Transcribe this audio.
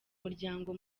muryango